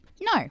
No